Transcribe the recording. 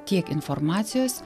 tiek informacijos